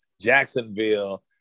jacksonville